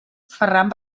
ferran